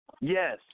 Yes